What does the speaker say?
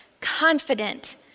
confident